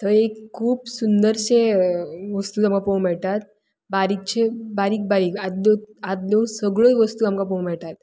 थंय एक खूब सुंदरशें वस्तू आमकां पळोवंक मेळटा बारीकचे बारीक आदल्यो आदल्यो सगळ्यो वस्तू आमकां पळोवंक मेळटा